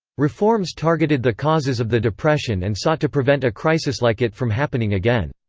reforms targeted the causes of the depression and sought to prevent a crisis like it from happening again.